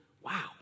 wow